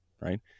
right